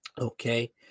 okay